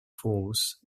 falls